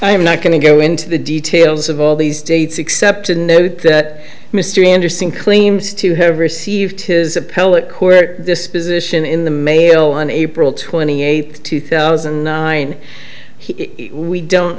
i'm not going to go into the details of all these dates except to note that mr anderson claims to have received his appellate court this position in the mail on april twenty eighth two thousand and nine we don't